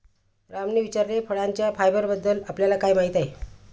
रामने विचारले, फळांच्या फायबरबद्दल आपल्याला काय माहिती आहे?